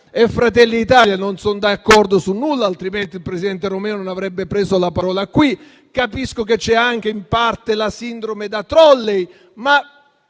e Fratelli d'Italia non son d'accordo su nulla, altrimenti, il presidente Romeo non avrebbe preso la parola). Capisco che c'è anche in parte la sindrome da *trolley*.